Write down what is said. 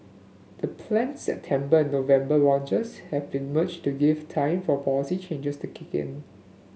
the planned September and November launches have been merged to give time for policy changes to kick in